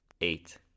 Eight